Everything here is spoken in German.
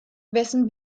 wessen